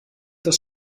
das